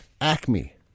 Acme